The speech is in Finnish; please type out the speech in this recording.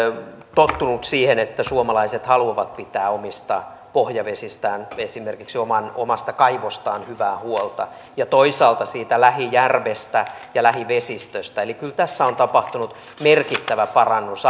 tottunut siihen että suomalaiset haluavat pitää omista pohjavesistään esimerkiksi omasta kaivostaan hyvää huolta ja toisaalta siitä lähijärvestä ja lähivesistöstä eli kyllä tässä on tapahtunut merkittävä parannus